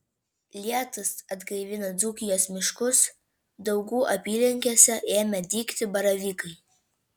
lietūs atgaivino dzūkijos miškus daugų apylinkėse ėmė dygti baravykai